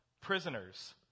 prisoners